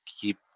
keep